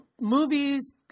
movies